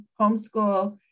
homeschool